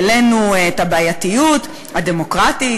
העלינו את הבעייתיות הדמוקרטית,